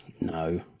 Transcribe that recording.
no